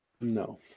No